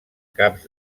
caps